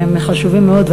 שהם חשובים מאוד,